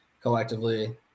collectively